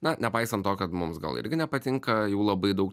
na nepaisant to kad mums gal irgi nepatinka jau labai daug